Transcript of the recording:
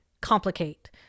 complicate